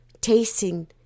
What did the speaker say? tasting